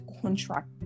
contract